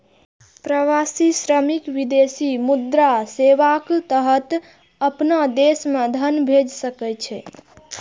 प्रवासी श्रमिक विदेशी मुद्रा सेवाक तहत अपना देश मे धन भेज सकै छै